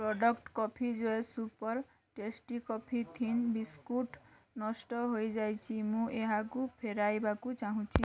product coffee joy super tasty coffee thin biscuit ନଷ୍ଟ ହୋଇ ଯାଇଛି ମୁଁ ଏହାକୁ ଫେରାଇବାକୁ ଚାହୁଁଛି